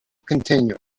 continue